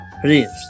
Please